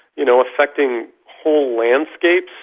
you know affecting whole landscapes.